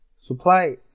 Supply